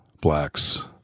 blacks